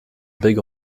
beg